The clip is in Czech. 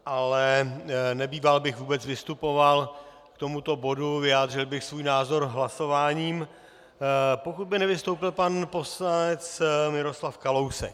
Ale nebýval bych vůbec vystupoval k tomu bodu, vyjádřil bych svůj názor hlasováním, pokud by nevystoupil pan poslanec Miroslav Kalousek.